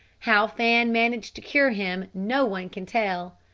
how fan managed to cure him no one can tell,